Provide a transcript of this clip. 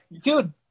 dude